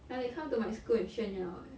ya they come to my school and 炫耀 eh